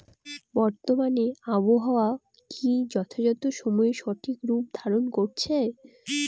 বর্তমানে আবহাওয়া কি যথাযথ সময়ে সঠিক রূপ ধারণ করছে?